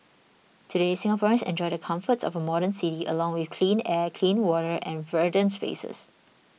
today Singaporeans enjoy the comforts of a modern city along with clean air clean water and verdant spaces